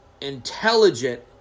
intelligent